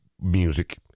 music